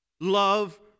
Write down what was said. Love